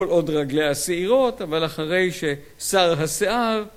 כל עוד רגליה שעירות אבל אחרי שסר השיער